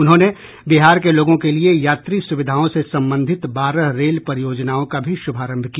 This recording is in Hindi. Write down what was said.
उन्होंने बिहार के लोगों के लिए यात्री सुविधाओं से संबंधित बारह रेल परियोजनाओं का भी शुभारंभ किया